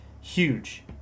Huge